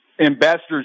ambassador's